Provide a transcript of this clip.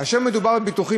גברתי היושבת-ראש,